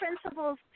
principles